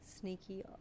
Sneaky